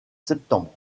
septembre